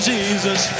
Jesus